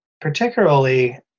particularly